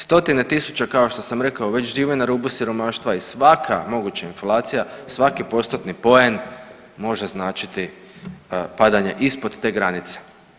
Stotine tisuća kao što sam rekao već žive na rubu siromaštva i svaka moguća inflacija, svaki postotni poen može značiti padanje ispod te granice.